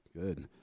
Good